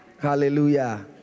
Hallelujah